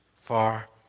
far